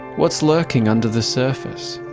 what's lurking under the surface?